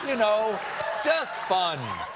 you know just fun.